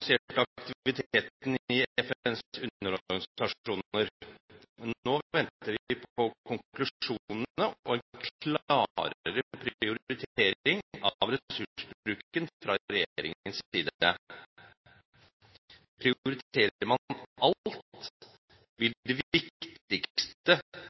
i FNs underorganisasjoner. Nå venter vi på konklusjonene og en klarere prioritering av ressursbruken fra regjeringens side. Prioriterer man alt,